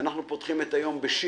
אנחנו פותחים את היום בשיר.